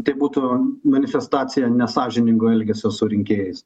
tai būtų manifestacija nesąžiningo elgesio su rinkėjais